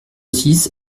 six